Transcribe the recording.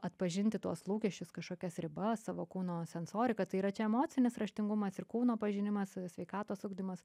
atpažinti tuos lūkesčius kažkokias ribas savo kūno sensoriką tai yra čia emocinis raštingumas ir kūno pažinimas sveikatos ugdymas